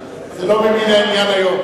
זה לא ממין העניין היום.